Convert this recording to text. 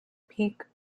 peak